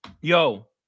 Yo